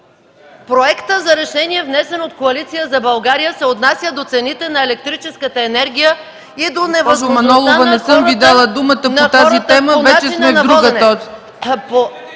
Проектът за решение, внесен от Коалиция за България, се отнася до цените на електрическата енергия и до невъзможността на хората ...